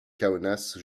kaunas